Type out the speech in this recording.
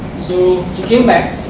so came back,